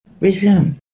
Resume